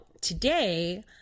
today